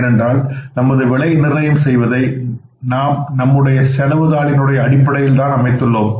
ஏனென்றால் நமது விலை நிர்ணயம் செய்வதை நாம் நம்முடைய செலவு தாளினுடைய அடிப்படையில்தான் அமைத்துள்ளோம்